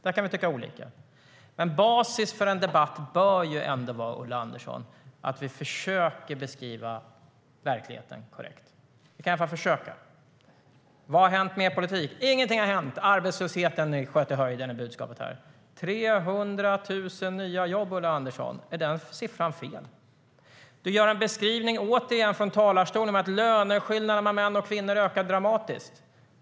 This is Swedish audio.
Där kan vi tycka olika. Vad har hänt med er politik? Ingenting har hänt. Arbetslösheten sköt i höjden. Det är budskapet här. 300 000 nya jobb - är det antalet fel, Ulla Andersson? Ulla Andersson beskriver återigen från talarstolen att löneskillnaderna mellan män och kvinnor ökar dramatiskt.